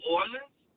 Orleans